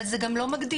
אבל זה גם לא מגדיל.